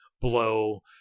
blow